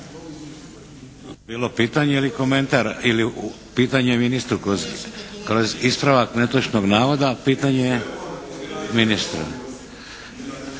bilo pitanje ili komentar. Ili u, pitanje ministru kroz ispravak netočnog navoda pitanje ministru.